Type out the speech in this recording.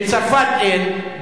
בצרפת אין,